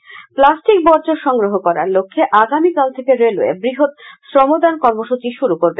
railway plastic বর্জ্য সংগ্রহ করার লক্ষে আগামীকাল থেকে রেলওয়ে বৃহৎ শ্রমদান কর্মসূচি শুরু করবে